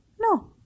No